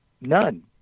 none